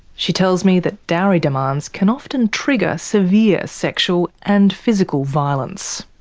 she tells me that dowry demands can often trigger severe sexual and physical violence.